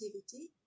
activity